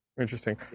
Interesting